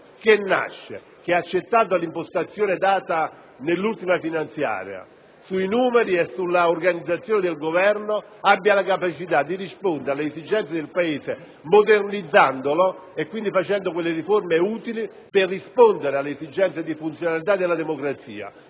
che nasce, che ha accettato l'impostazione dell'ultima finanziaria in merito ai numeri e all'organizzazione dell'Esecutivo, ha la capacità di rispondere alle necessità del Paese, modernizzandolo e quindi facendo quelle riforme utili per rispondere alle esigenze di funzionalità della democrazia,